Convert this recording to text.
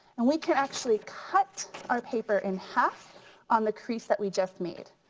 and we can actually cut our paper in half on the crease that we just made.